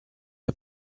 che